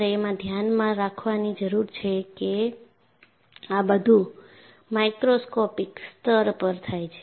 તમારે એમાં ધ્યાનમાં રાખવાની જરૂર છે કે આ બધું માઇક્રોસ્કોપિક સ્તર પર થાય છે